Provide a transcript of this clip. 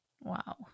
Wow